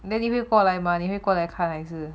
then 你会过来吗你会过来看来是